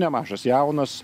nemažas jaunas